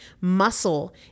Muscle